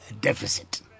deficit